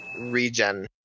regen